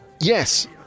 Yes